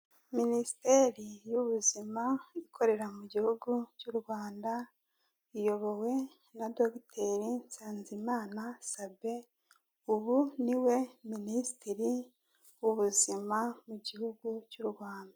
Minisiteri y'ubuzima ikorera mu gihugu cy'u Rwanda, iyobowe na dogiteri Nsanzimana Sabin, ubu ni we minisitiri w'ubuzima mu gihugu cy'u Rwanda.